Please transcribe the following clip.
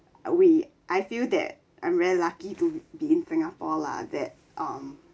uh we I feel that I'm very lucky to be in singapore lah that um